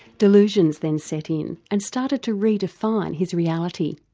delusions then set in and started to redefine his reality.